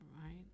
right